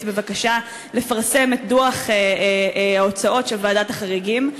בבקשה לפרסם את דוח ההוצאות של ועדת החריגים.